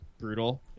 brutal